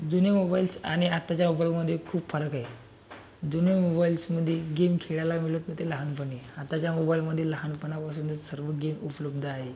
जुने मोबाईल्स आणि आत्ताच्या मोबाईलमध्ये खूप फरक आहे जुने मोबाईल्समध्ये गेम खेळायला मिळत नव्हते लहानपणी आत्ताच्या मोबाईलमध्ये लहानपणापासूनस सर्व गेम उपलब्ध आहे